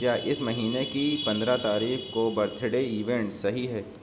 کیا اس مہینے کی پندرہ تاریخ کو برتھ ڈے ایوینٹ صحیح ہے